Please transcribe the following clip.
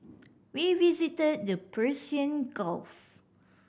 we visited the Persian Gulf